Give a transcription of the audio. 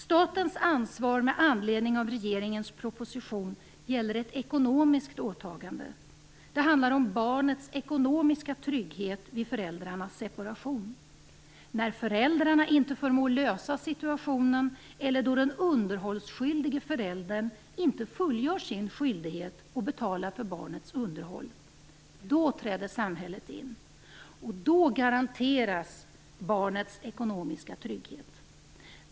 Statens ansvar med anledning av regeringens proposition gäller ett ekonomiskt åtagande. Det handlar om barnets ekonomiska trygghet vid föräldrarnas separation. När föräldrarna inte förmår lösa situationen eller då den underhållsskyldige föräldern inte fullgör sin skyldighet att betala för barnets underhåll, då träder samhället in och då garanteras barnets ekonomiska trygghet.